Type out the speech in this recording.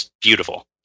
beautiful